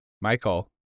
Michael